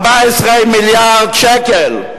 14 מיליארד שקל.